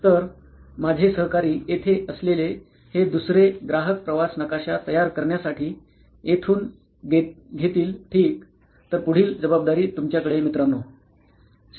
तर माझे सहकारी येथे असलेले हे दुसरे ग्राहक प्रवास नकाशा तयार करण्यासाठी येथून घेतील ठीक तर पुढील जबाबदारी तुमच्याकडे मित्रानों